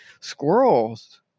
Squirrels